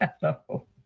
Hello